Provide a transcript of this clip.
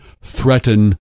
threaten